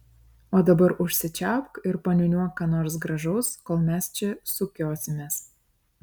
o dabar užsičiaupk ir paniūniuok ką nors gražaus kol mes čia sukiosimės